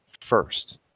first